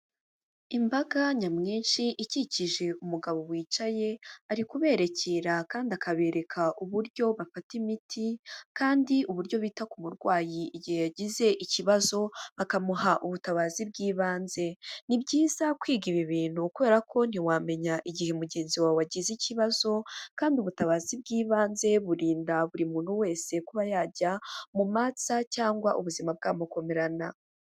Imbaga nyamwinshi ikikije umugabo wicaye, ari kubererekera kandi akabereka uburyo bafata imiti kandi uburyo bita ku murwayi igihe yagize ikibazo, bakamuha ubutabazi bw'ibanze. Ni byiza kwiga ibi bintu kubera ko ntiwamenya igihe mugenzi wawe agize ikibazo kandi ubutabazi bw'ibanze burinda buri muntu wese kuba yajya mu matsa cyangwa ubuzima bwamukomerana.